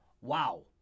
Wow